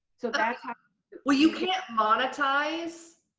so that's well. you can't monetize?